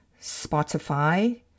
Spotify